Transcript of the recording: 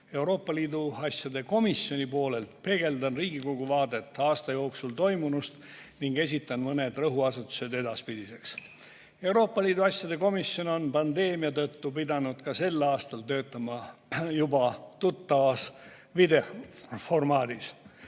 Euroopa Liidu asjade komisjoni poolelt peegeldan Riigikogu vaadet aasta jooksul toimunust ning esitan mõned rõhuasetused edaspidiseks. Euroopa Liidu asjade komisjon on pandeemia tõttu pidanud ka sel aastal töötama juba tuttavas videoformaadis.